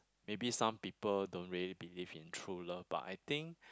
maybe some people don't really believe in true love but I think